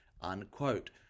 Unquote